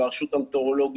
עם הרשות המטאורולוגית,